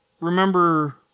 remember